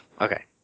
okay